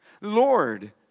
Lord